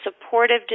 supportive